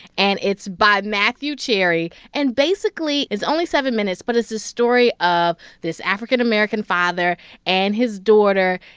and it's by matthew cherry. and basically it's only seven minutes but it's the story of this african american father and his daughter.